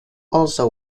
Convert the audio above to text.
also